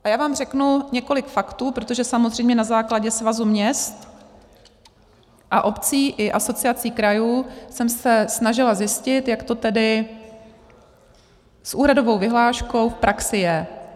A já vám řeknu několik faktů, protože samozřejmě na základě Svazu měst a obcí i Asociace krajů jsem se snažila zjistit, jak to tedy s úhradovou vyhláškou v praxi je.